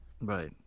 Right